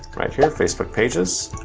right here, facebook pages.